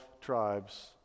tribes